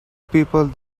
people